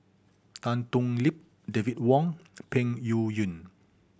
Tan Thoon Lip David Wong and Peng Yuyun